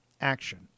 Action